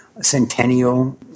centennial